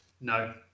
No